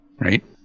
right